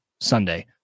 Sunday